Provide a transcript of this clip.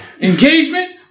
Engagement